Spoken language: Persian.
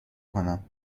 کنم